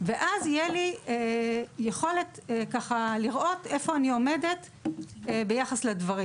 ואז תהיה לי יכולת לראות איפה אני עומדת ביחס לדברים.